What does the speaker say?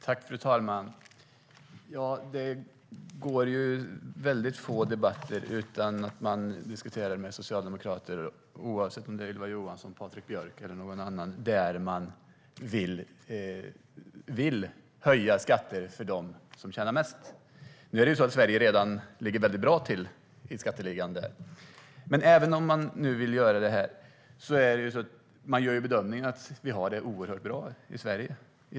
Fru talman! Det är väldigt få debatter med socialdemokrater, oavsett om det är med Ylva Johansson, Patrik Björck eller någon annan, där de inte säger att de vill höja skatten för dem som tjänar mest. Men Sverige ligger redan bra till i den skatteligan. Även om de nu vill göra det gör de bedömningen att vi har det oerhört bra i Sverige.